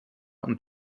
und